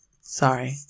Sorry